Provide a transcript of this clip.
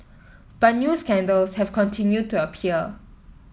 but new scandals have continued to appear